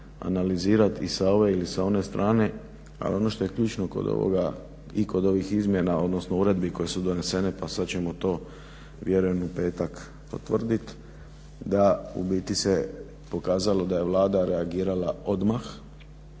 analizirati i sa ove ili one strane. A ono što je ključno i kod ovih izmjena i uredbi koje su donesene pa sad ćemo to vjerojatno u petak potvrditi, da u biti se pokazalo da je Vlada reagirala odmah,